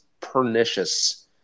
pernicious